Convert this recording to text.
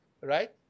right